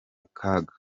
kaga